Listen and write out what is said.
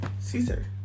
Caesar